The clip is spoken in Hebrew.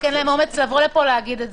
רק אין אומץ לבוא לפה ולהגיד את זה.